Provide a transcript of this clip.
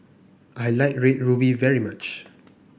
I like Red Ruby very much